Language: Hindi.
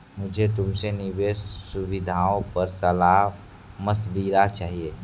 मुझे तुमसे निवेश सुविधाओं पर सलाह मशविरा चाहिए